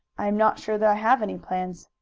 i am not sure that i have any plans.